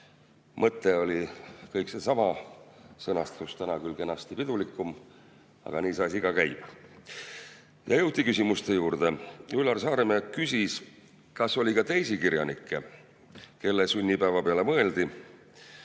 Mõte oli kõik seesama, sõnastus täna küll kenasti pidulikum, aga nii see asi käib. Siis jõuti küsimuste juurde. Üllar Saaremäe küsis, kas oli ka teisi kirjanikke, kelle sünnipäeva peale mõeldi,